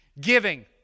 Giving